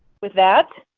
with that,